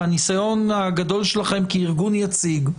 מהניסיון הגדול שלכם כארגון יציג,